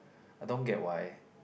I don't get why